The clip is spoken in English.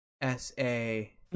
S-A